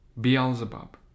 Beelzebub